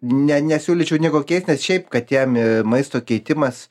ne nesiūlyčiau nieko keist nes šiaip katėm maisto keitimas